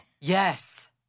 Yes